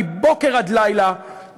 מבוקר עד לילה,